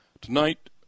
Tonight